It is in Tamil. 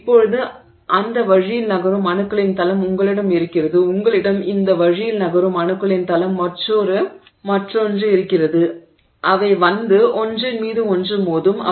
இப்போது அந்த வழியில் நகரும் அணுக்களின் தளம் உங்களிடம் இருக்கிறது உங்களிடம் இந்த வழியில் நகரும் அணுக்களின் தளம் மற்றொன்று இருக்கிறது அவை வந்து ஒன்றின் மீது ஒன்று மோதும்